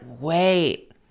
wait